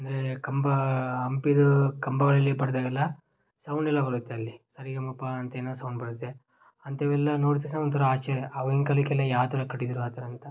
ಅಂದರೆ ಕಂಬ ಹಂಪಿಯದ್ ಕಂಬಗಳಲ್ಲಿ ಬಡಿದಾಗೆಲ್ಲ ಸೌಂಡ್ ಎಲ್ಲ ಬರುತ್ತೆ ಅಲ್ಲಿ ಸರಿಗಮಪ ಅಂತೇನೋ ಸೌಂಡ್ ಬರುತ್ತೆ ಅಂಥವೆಲ್ಲ ನೋಡಿದ ತಕ್ಷಣ ಒಂಥರಾ ಆಶ್ಚರ್ಯ ಆವಾಗಿನ ಕಾಲಕ್ಕೆಲ್ಲ ಯಾವ ಥರ ಕಟ್ಟಿದಾರೋ ಆ ಥರ ಅಂತ